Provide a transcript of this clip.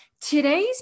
today's